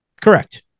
Correct